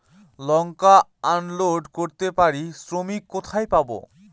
লঙ্কা unload করতে আমি শ্রমিক কোথায় পাবো?